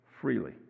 freely